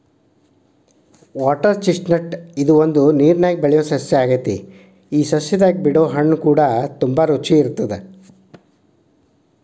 water chestnut ಇದು ಒಂದು ನೇರನ್ಯಾಗ ಬೆಳಿಯೊ ಸಸ್ಯ ಆಗೆತಿ ಈ ಸಸ್ಯದಾಗ ಬಿಡೊ ಹಣ್ಣುಕೂಡ ತುಂಬಾ ರುಚಿ ಇರತ್ತದ